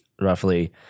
roughly